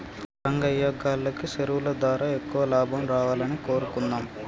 రంగయ్యా గాల్లకి సెరువులు దారా ఎక్కువ లాభం రావాలని కోరుకుందాం